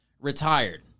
retired